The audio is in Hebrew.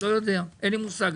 אין לי מושג,